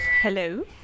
Hello